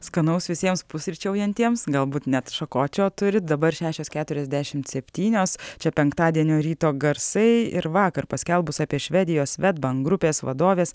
skanaus visiems pusryčiaujantiems galbūt net šakočio turi dabar šešios keturiasdešimt septynios čia penktadienio ryto garsai ir vakar paskelbus apie švedijos svedbank grupės vadovės